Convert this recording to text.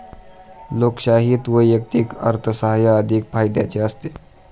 लोकशाहीत वैयक्तिक अर्थसाहाय्य अधिक फायद्याचे असते